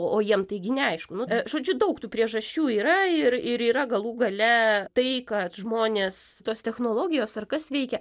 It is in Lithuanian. o o jiem taigi neaišku nu žodžiu daug tų priežasčių yra ir ir yra galų gale tai kad žmonės tos technologijos ar kas veikia